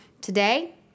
Today